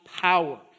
power